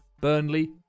Burnley